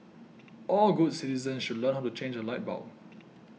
all good citizens should learn how to change a light bulb